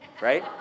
right